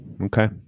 Okay